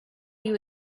you